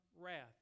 wrath